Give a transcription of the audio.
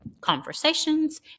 conversations